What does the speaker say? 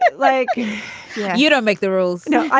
like you don't make the rules. no, i